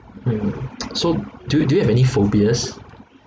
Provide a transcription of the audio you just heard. mmhmm so do you do you have any phobias